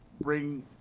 bring